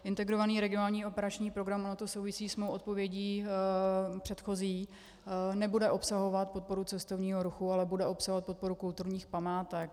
Integrovaný regionální operační program, ono to souvisí s mou odpovědí předchozí, nebude obsahovat podporu cestovního ruchu, ale bude obsahovat podporu kulturních památek.